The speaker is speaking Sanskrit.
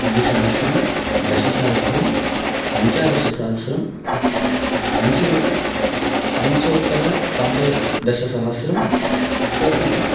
द्विसहस्रं दशसहस्रं पञ्चादशसहस्रं पञ्चविं पञ्चोत्तोरपञ्चदशसहस्रं इतोऽपि